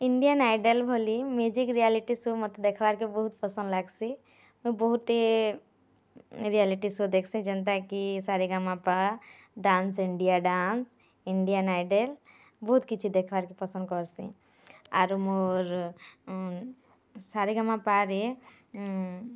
Indian Idol ଭଲି music reality show ମୋତେ ଦେଖ୍ବାର୍କେ ବହୁତ୍ ପସନ୍ଦ ଲାଗ୍ସି ବହୁତି ରିଆଲିଟି ଶୋ ଦେଖ୍ସି ଯେନ୍ତାକି Sa Re Ga Ma Pa Dance India Dance Indian Idol ବହୁତ୍ କିଛି ଦେଖ୍ବାରକେ ପସନ୍ଦ କର୍ସି ଆରୁ ମୋର୍ ସାରେଗାମାପାଆରେ